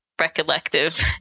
recollective